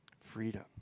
Freedom